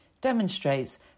demonstrates